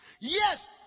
Yes